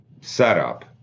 setup